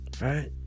right